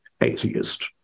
atheist